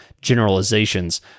generalizations